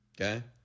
Okay